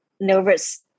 nervous